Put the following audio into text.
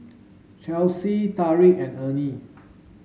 Chelsea Tarik and Ernie